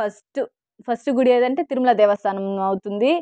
first first గుడి ఏదంటే తిరుమల దేవస్థానం అవుతుంది